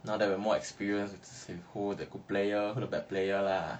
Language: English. now that we are more experienced who the good player who the bad player lah